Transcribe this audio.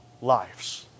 lives